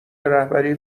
رهبری